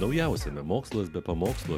naujausiame mokslas be pamokslų